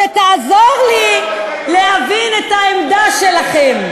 שתעזור לי להבין את העמדה שלכם.